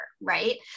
right